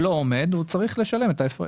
אם הוא לא עומד הוא צריך לשלם את ההפרש.